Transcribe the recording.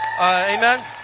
amen